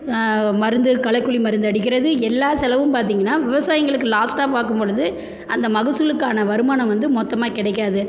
மருந்து களைக்கொல்லி மருந்து அடிக்கிறது எல்லா செலவும் பார்த்தீங்கன்னா விவசாயிகளுக்கு லாஸ்ட்டாக பார்க்கும் பொழுது அந்த மகசூலுக்கான வருமானம் வந்து மொத்தமாக கிடைக்காது